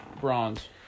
bronze